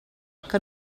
que